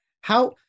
how-